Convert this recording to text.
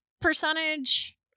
percentage